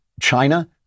China